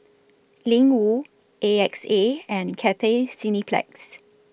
Ling Wu A X A and Cathay Cineplex